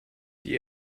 die